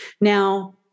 Now